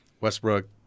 Westbrook